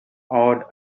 awed